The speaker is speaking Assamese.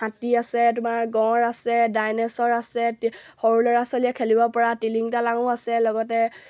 হাতী আছে তোমাৰ গঁড় আছে ডাইনেচৰ আছে সৰু ল'ৰা ছোৱালীয়ে খেলিবপৰা তিলিং তালাঙো আছে লগতে